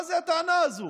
מה זו הטענה הזו?